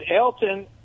Elton